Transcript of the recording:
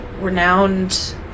renowned